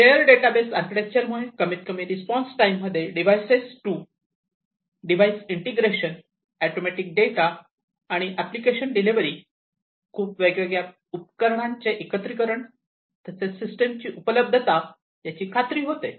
layer database architecture मुळे कमीत कमी रिस्पॉन्स टाईम मध्ये device to device integration automatic data आणि एप्लीकेशन डिलिव्हरी आणि खूप वेगवेगळ्या उपकरणांचे एकत्रीकरण तसेच सिस्टीम ची उपलब्धता याची खात्री होते